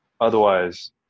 Otherwise